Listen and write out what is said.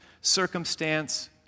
circumstance